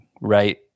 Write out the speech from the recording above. right